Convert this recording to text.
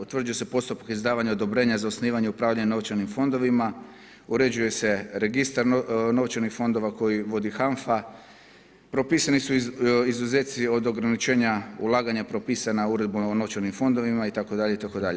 Utvrđuju se postupke izdavanja odobrenja za osnivanje upravljanje novčanim fondovima, uređuje se registar novčanih fondova koji vodi HANFA, propisani su izuzeci od ograničenja ulaganja propisana uredbom o novčanim fondovima itd., itd.